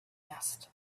asked